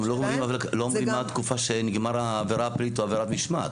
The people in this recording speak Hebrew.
גם לא אומרים מה התקופה שנגמר העבירה הפלילית או עבירת משמעת.